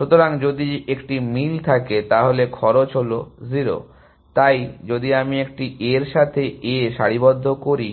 সুতরাং যদি একটি মিল থাকে তাহলে খরচ হল 0 তাই যদি আমি একটি A এর সাথে A এ সারিবদ্ধ করি